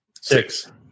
Six